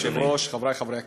כבוד היושב-ראש, חברי חברי הכנסת,